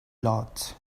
lot